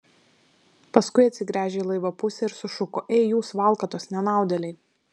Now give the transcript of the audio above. paskui atsigręžė į laivo pusę ir sušuko ei jūs valkatos nenaudėliai